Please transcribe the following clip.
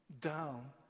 down